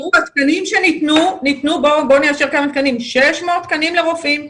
התקנים שניתנו - 600 תקנים לרופאים,